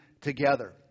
together